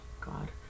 God